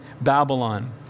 Babylon